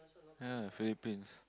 ya Philippines